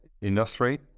industry